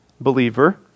believer